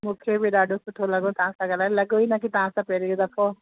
मूंखे बि ॾाढो सुठो लॻो तव्हां सां ॻाल्हाए लॻो ई न की तव्हां सां पहिरीं दफ़ो